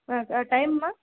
ஆ டைம்மா